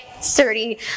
sturdy